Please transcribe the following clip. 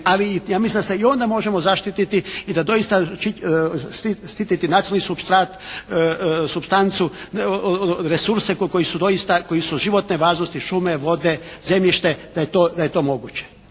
Ali ja mislim da se i onda možemo zaštititi i da doista štititi nacionalnu supstancu, resurse koji su doista, koji su od životne važnosti, šume, vode, zemljište, da je to moguće